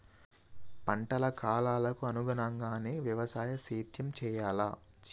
పంటల కాలాలకు అనుగుణంగానే వ్యవసాయ సేద్యం చెయ్యాలా?